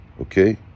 okay